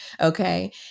okay